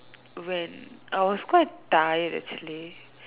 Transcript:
when I was quite tired actually